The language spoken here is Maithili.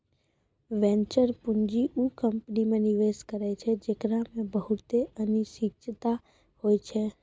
वेंचर पूंजी उ कंपनी मे निवेश करै छै जेकरा मे बहुते अनिश्चिता होय छै